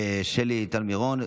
שלי טל מירון.